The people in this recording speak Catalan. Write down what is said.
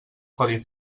codi